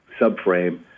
subframe